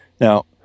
Now